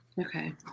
Okay